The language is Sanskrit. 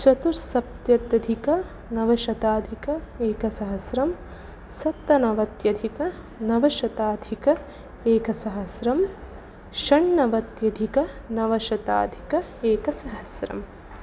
चतुस्सप्तत्यधिकनवशताधिक एकसहस्रं सप्तनवत्यधिकनवशताधिक एकसहस्रं षण्णवत्यधिकनवशताधिक एकसहस्रम्